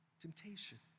temptation